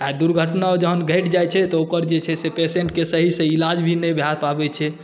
आ दुर्घटनाओ जहन घटि जाइ छै तऽ ओकर जे छै से पेशंटक सही सही इलाज भी नहि भए पाबै छै